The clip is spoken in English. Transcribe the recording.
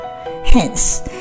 Hence